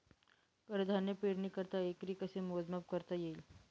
कडधान्य पेरणीकरिता एकरी कसे मोजमाप करता येईल?